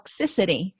toxicity